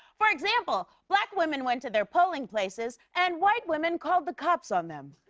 for example black women went to their polling places. and white women called the cops on them.